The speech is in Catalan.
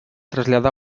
traslladà